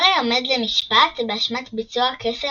הארי עומד למשפט באשמת ביצוע קסם